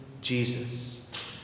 Jesus